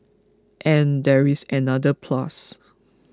and there is another plus